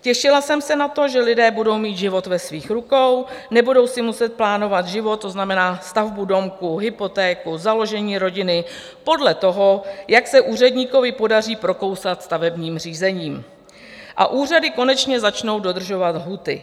Těšila jsem se na to, že lidé budou mít život ve svých rukou, nebudou si muset plánovat život, to znamená stavbu domku, hypotéku, založení rodiny, podle toho, jak se úředníkovi podaří prokousat stavebním řízením, a úřady konečně začnou dodržovat lhůty.